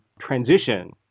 transition